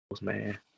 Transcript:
man